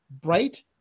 bright